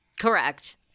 Correct